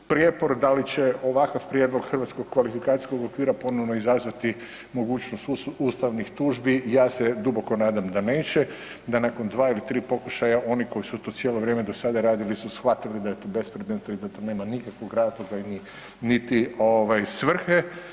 Imamo prijepor da li će ovakav prijedlog hrvatskog kvalifikacijskog okvira ponovno izazvati mogućnost ustavnih tužbi, ja se duboko nadam da neće, da nakon 2 ili 3 pokušaja oni koji su to cijelo vrijeme do sada radili su shvatili da je bespredmetno i da tu nema nikakvog razloga, niti ovaj svrhe.